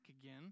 again